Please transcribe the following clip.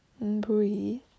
Breathe